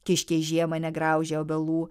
kiškiai žiemą negraužia obelų